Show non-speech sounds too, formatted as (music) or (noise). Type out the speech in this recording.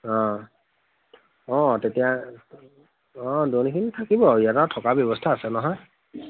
অঁ অঁ তেতিয়া অঁ (unintelligible) খিনি থাকিব ইয়াত থকাৰ ব্যৱস্থা আছে নহয়